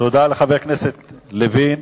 תודה לחבר הכנסת לוין.